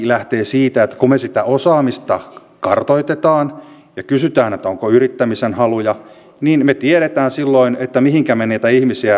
nyt täytyy oikein ihan ensin sanoa edustaja kiljuselle tästä omaishoitajien asiasta että tosiaan hallitusohjelmaan on nimenomaan kirjattu että me vahvistamme kaikenikäisten omaishoitoa